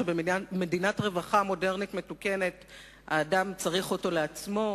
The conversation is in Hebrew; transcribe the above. שבמדינת רווחה מודרנית מתוקנת האדם צריך אותו לעצמו,